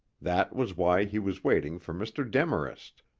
that was why he was waiting for mr. demarest.